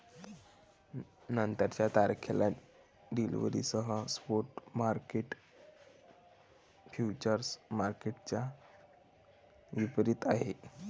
नंतरच्या तारखेला डिलिव्हरीसह स्पॉट मार्केट फ्युचर्स मार्केटच्या विपरीत आहे